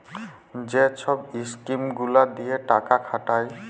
যে ছব ইস্কিম গুলা দিঁয়ে টাকা খাটায়